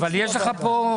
אני עובר לסעיף הבא.